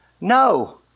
No